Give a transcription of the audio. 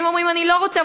ואם אומרים: אני לא רוצה,